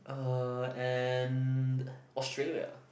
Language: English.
uh and Australia